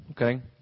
okay